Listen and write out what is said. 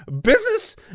business